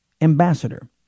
ambassador